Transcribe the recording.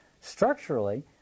Structurally